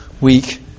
week